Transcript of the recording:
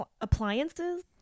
Appliances